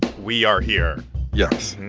we are here yes.